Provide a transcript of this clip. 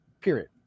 Period